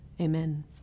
Amen